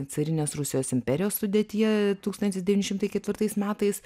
carinės rusijos imperijos sudėtyje tūkstantis devyni šimtai ketvirtais metais